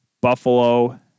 Buffalo